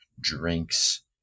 drinks